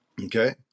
okay